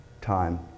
time